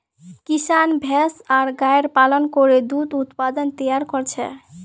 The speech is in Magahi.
किसान भैंस आर गायर पालन करे दूध उत्पाद तैयार कर छेक